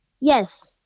Yes